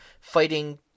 fighting